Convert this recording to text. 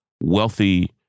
wealthy